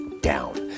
down